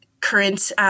current